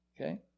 Okay